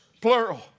plural